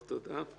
תודה.